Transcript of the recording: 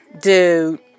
dude